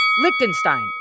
Liechtenstein